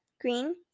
green